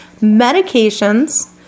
medications